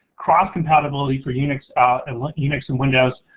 cross compatibility for linux and like linux and windows,